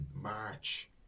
March